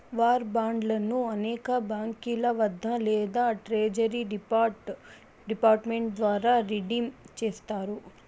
war బాండ్లను అనేక బాంకీల వద్ద లేదా ట్రెజరీ డిపార్ట్ మెంట్ ద్వారా రిడీమ్ చేస్తారు